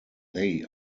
they